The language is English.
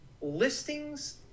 listings